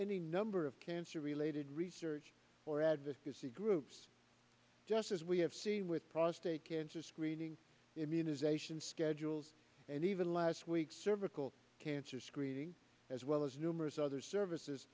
any number of cancer related research or advocacy groups just as we have seen with prostate cancer screening immunization sketch and even last week cervical cancer screening as well as numerous other services